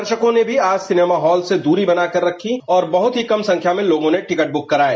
दर्शकों ने भी आज सिनेमा हॉलों से दूरी ही बना कर रखी और बहुत ही कम संख्या में लोगों ने टिकट बुक कराएं